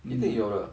um